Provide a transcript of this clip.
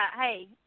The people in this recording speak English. hey